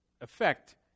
effect